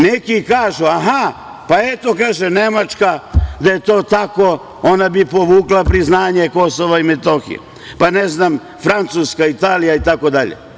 Neki kažu – aha, pa, eto, kaže Nemačka da je to tako ona bi povukla priznanje Kosova i Metohije, pa ne znam, Francuska, Italija itd.